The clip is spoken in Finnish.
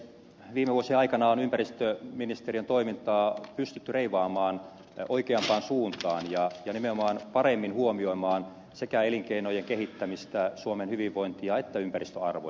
viime vuosien aikana on ympäristöministeriön toimintaa pystytty reivaamaan oikeampaan suuntaan ja nimenomaan paremmin huomioimaan sekä elinkeinojen kehittämistä suomen hyvinvointia että ympäristöarvoja